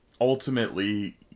ultimately